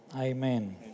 Amen